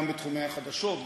גם בתחומי החדשות,